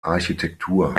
architektur